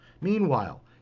Meanwhile